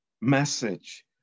message